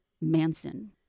Manson